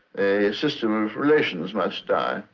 a system of relations must die.